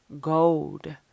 gold